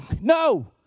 No